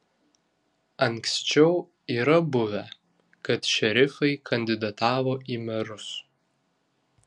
anksčiau yra buvę kad šerifai kandidatavo į merus